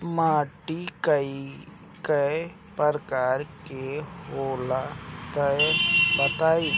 माटी कै प्रकार के होला तनि बताई?